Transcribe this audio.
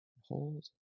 hold